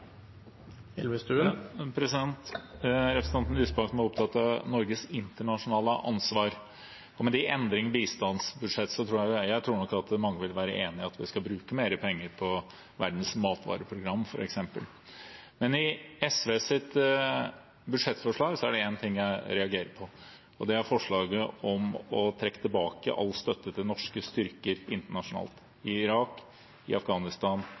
Representanten Lysbakken var opptatt av Norges internasjonale ansvar, og med de endringene i bistandsbudsjettet tror jeg nok at mange vil være enig i at en skal bruke mer penger på Verdens matvareprogram, f.eks. Men i SVs budsjettforslag er det en ting jeg reagerer på, og det er forslaget om å trekke tilbake all støtte til norske styrker internasjonalt – i Irak, i Afghanistan,